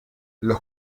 los